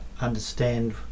understand